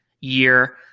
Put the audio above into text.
year